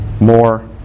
more